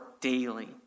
daily